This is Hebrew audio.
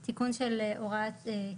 היה דיון ארוך אתמול בצט"מ,